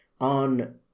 on